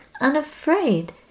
unafraid